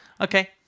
Okay